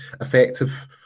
effective